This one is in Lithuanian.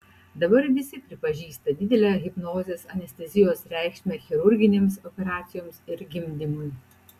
dabar visi pripažįsta didelę hipnozės anestezijos reikšmę chirurginėms operacijoms ir gimdymui